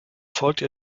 folgte